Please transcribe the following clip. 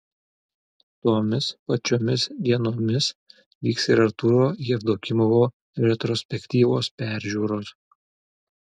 tomis pačiomis dienomis vyks ir artūro jevdokimovo retrospektyvos peržiūros